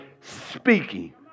speaking